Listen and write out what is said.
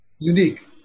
Unique